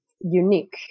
unique